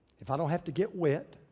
if i don't have to get wet,